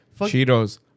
Cheetos